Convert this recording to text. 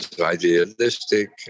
idealistic